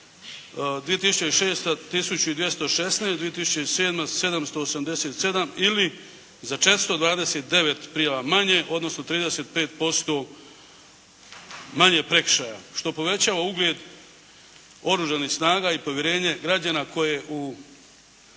2006. 1216, 2007. 787 ili za 429 prijava manje odnosno 35% manje prekršaja što povećava ugled Oružanih snaga i povjerenje građana koje u